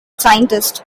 scientist